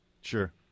Sure